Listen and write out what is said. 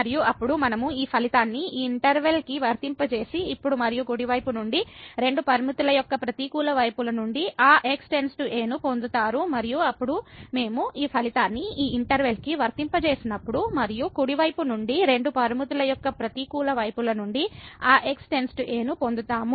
మరియు అప్పుడు మనము ఈ ఫలితాన్ని ఈ ఇంటర్వెల్ కి వర్తింపజేసి ఇప్పుడు మరియు కుడి వైపు నుండి రెండు లిమిట్ ల యొక్క ప్రతికూల వైపుల నుండి ఆ x → a నుపొందుతారు మరియు అప్పుడు మనం ఈ ఫలితాన్ని ఈ ఇంటర్వెల్ కి వర్తింపజేసినప్పుడు మరియు కుడి వైపు నుండి రెండు లిమిట్ ల యొక్క ప్రతికూల వైపుల నుండి ఆ x → a ను పొందుతారు